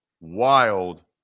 wild